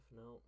no